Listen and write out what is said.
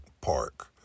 park